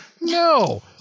No